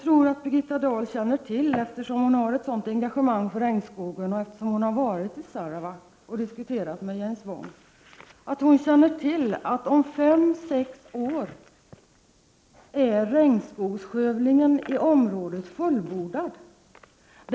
Eftersom Birgitta Dahl har ett sådant engagemang för regnskogen och har varit i Sarawak och diskuterat med James Wong tror jag att hon känner till att regnskogsskövlingen i området är fullbordad om fem eller sex år.